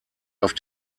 auf